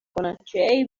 کنن، چه